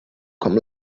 com